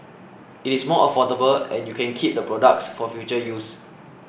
it is more affordable and you can keep the products for future use